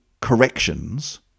corrections